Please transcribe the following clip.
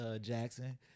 Jackson